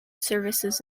services